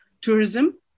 tourism